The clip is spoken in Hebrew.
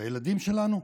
לילדים שלנו,